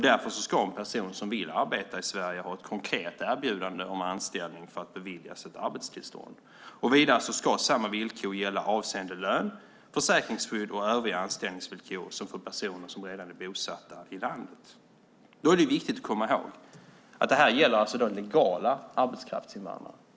Därför ska en person som vill arbeta i Sverige ha ett konkret erbjudande om anställning för att beviljas ett arbetstillstånd. Vidare ska samma villkor avseende lön och försäkringsskydd och övriga anställningsvillkor gälla som för personer som redan är bosatta i landet. Då är det viktigt att komma ihåg att det här gäller legala arbetskraftsinvandrare.